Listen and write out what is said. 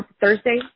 Thursday